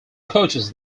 coaches